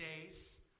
days